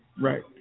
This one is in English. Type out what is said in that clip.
Right